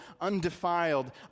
undefiled